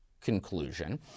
conclusion